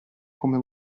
come